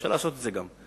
אפשר לעשות גם את זה.